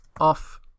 off